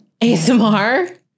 ASMR